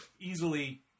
easily